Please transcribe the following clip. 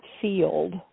field